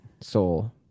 soul